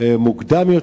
מוקדם יותר.